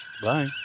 Bye